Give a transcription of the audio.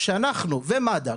שאנחנו ומד"א,